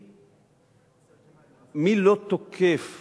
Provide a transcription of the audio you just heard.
מי לא תוקף